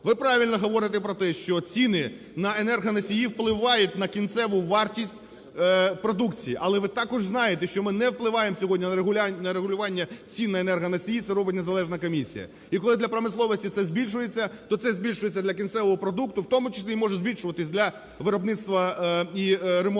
Ви правильно говорите про те, що ціни на енергоносії впливають на кінцеву вартість продукції. Але ви також знаєте, що ми не впливаємо сьогодні на регулювання цін на енергоносії – це робить незалежна комісія. І коли для промисловості це збільшується, то це збільшується для кінцевого продукту, в тому числі і може збільшуватись для виробництва і ремонту,